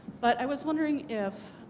but i was wondering if